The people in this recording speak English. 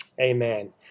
Amen